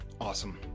Awesome